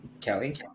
Kelly